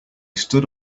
stood